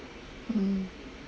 um